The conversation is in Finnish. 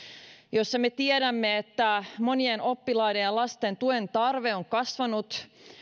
mistä me tiedämme että monien oppilaiden ja lasten tuen tarve on kasvanut